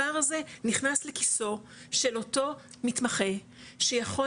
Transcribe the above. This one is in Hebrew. הפער הזה נכנס לכיסו של אותו מתמחה שיכול